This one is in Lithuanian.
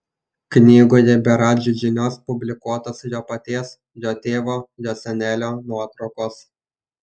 knygoje be radži žinios publikuotos jo paties jo tėvo jo senelio nuotraukos